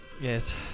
Yes